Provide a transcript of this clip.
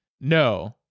no